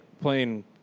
playing